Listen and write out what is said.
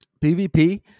PvP